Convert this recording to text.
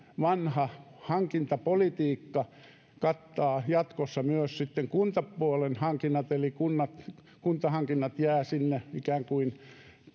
vanha hankintapolitiikka kattaa jatkossa myös kuntapuolen hankinnat eli kuntahankinnat jäävät sinne ikään kuin